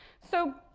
so,